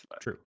true